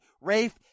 Rafe